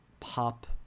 pop